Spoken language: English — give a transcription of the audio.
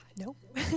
nope